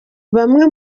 bamwe